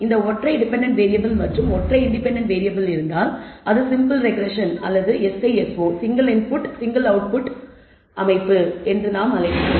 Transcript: இந்த ஒற்றை dependent variable மற்றும் ஒற்றை இன்டெபென்டென்ட் வேறியபிள் இருந்தால் அது சிம்பிள் ரெக்ரெஸ்ஸன் அல்லது SISOசிங்கிள் இன்புட் சிங்கிள் அவுட்புட் அமைப்பு என்றும் அழைக்கப்படுகிறது